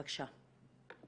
בבקשה.